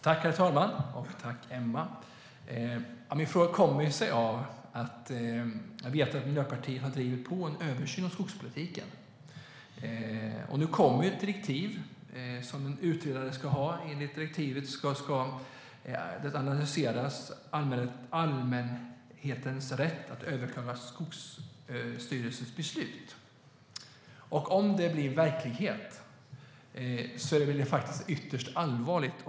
Herr talman! Min fråga kommer sig av att Miljöpartiet har drivit på en översyn av skogspolitiken. Nu kommer ett utredningsdirektiv, och enligt det ska allmänhetens rätt att överklaga Skogsstyrelsens beslut analyseras. Om det blir verklighet är det ytterst allvarligt.